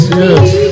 yes